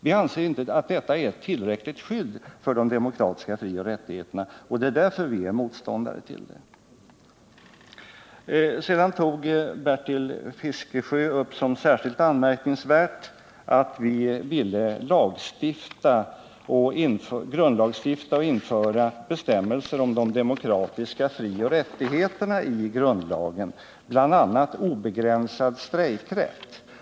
Vi anser inte att det är ett tillräckligt skydd för de demokratiska frioch rättigheterna. Det är därför som vi är motståndare till det. Sedan tog Bertil Fiskesjö upp som särskilt anmärkningsvärt att vi ville grundlagstifta och införa bestämmelser om de demokratiska frioch rättigheterna i grundlagen, bl.a. obegränsad strejkrätt.